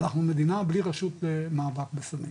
אנחנו מדינה בלי רשות מאבק בסמים.